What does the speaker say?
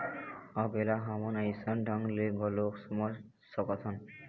अब ऐला हमन अइसन ढंग ले घलोक समझ सकथन